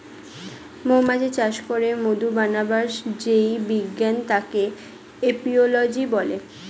মৌমাছি চাষ করে মধু বানাবার যেই বিজ্ঞান তাকে এপিওলোজি বলে